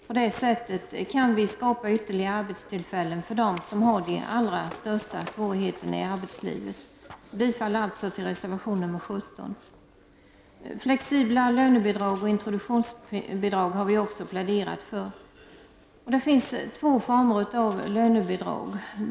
På det sättet kan vi skapa ytterligare arbetstillfällen för dem som har de allra största svårigheterna i arbetslivet. Jag yrkar således bifall till reservation nr 17. Flexibla lönebidrag och introduktionsbidrag har vi också pläderat för. Det finns två former av lönebidrag.